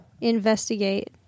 Investigate